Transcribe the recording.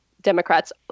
Democrats